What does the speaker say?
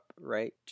right